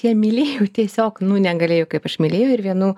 ją mylėjau tiesiog negalėjau kaip aš mylėjau ir vienu